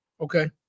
Okay